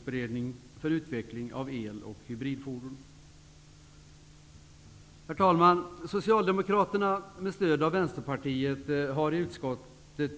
Socialdemokraterna i utskottet har, med stöd av Vänsterpartiet,